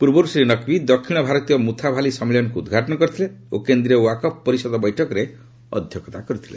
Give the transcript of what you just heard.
ପୂର୍ବରୁ ଶ୍ରୀ ନକ୍ବୀ ଦକ୍ଷିଣ ଭାରତୀୟ ମୁଥାଭାଲି ସମ୍ମିଳନୀକୁ ଉଦ୍ଘାଟନ କରିଥିଲେ ଓ କେନ୍ଦ୍ରୀୟ ୱାକଫ୍ ପରିଷଦ ବୈଠକରେ ଅଧ୍ୟକ୍ଷତା କରିଥିଲେ